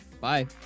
Bye